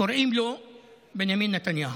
קוראים לו בנימין נתניהו.